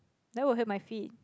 that will hurt my feet